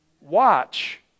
Watch